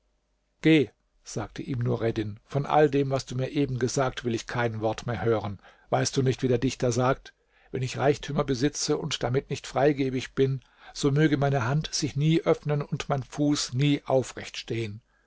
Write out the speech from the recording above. sagte ihm nureddin von all dem was du mir eben gesagt will ich kein wort mehr hören weißt du nicht wie der dichter sagt wenn ich reichtümer besitze und damit nicht freigebig bin so möge meine hand sich nie öffnen und mein fuß nie aufrecht stehen